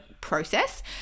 process